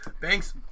Thanks